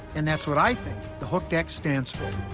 and that's what i think the hooked x stands for.